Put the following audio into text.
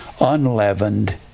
Unleavened